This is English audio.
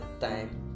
time